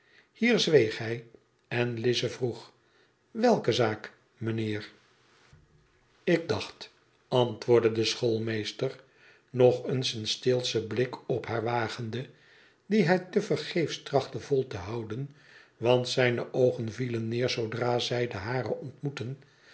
hier zweeg hij en lize vroeg i welke zaak mijnheer ik dacht antwoordde de schoolmeester nog eens een steelschen blik op haar wagende dien hij tevergeefs trachtte vol te houden want zijne oogen vielen neer zoodra zij de hare ontmoetten